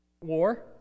War